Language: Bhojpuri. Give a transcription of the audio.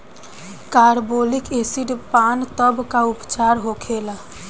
कारबोलिक एसिड पान तब का उपचार होखेला?